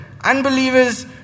Unbelievers